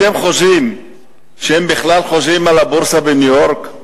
אתם חושבים שהם חושבים על הבורסה בניו-יורק?